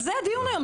על זה הדיון היום.